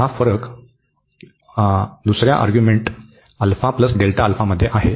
तर हा फरक दुसर्या अर्ग्युमेंट मध्ये आहे